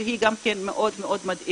שהיא גם כן מאוד מאוד מדאיגה.